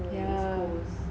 yeah